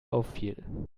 auffiel